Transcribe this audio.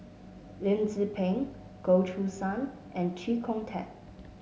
Lim Tze Peng Goh Choo San and Chee Kong Tet